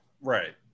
Right